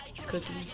Cooking